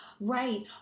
Right